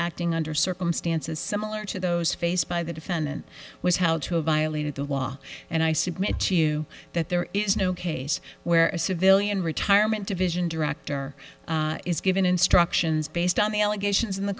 acting under circumstances similar to those faced by the defendant was held to a violation of the law and i submit to you that there is no case where a civilian retirement division director is given instructions based on the allegations in the